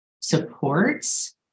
supports